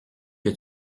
que